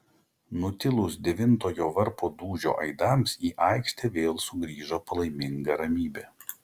nutilus devintojo varpo dūžio aidams į aikštę vėl sugrįžo palaiminga ramybė